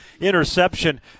interception